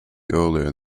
earlier